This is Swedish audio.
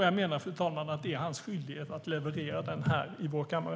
Jag menar, fru talman, att det är hans skyldighet att leverera den här i denna kammare.